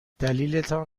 دلیلتان